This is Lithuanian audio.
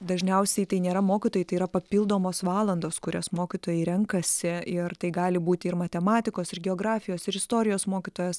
dažniausiai tai nėra mokytojai tai yra papildomos valandos kurias mokytojai renkasi ir tai gali būti ir matematikos ir geografijos ir istorijos mokytojas